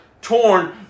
torn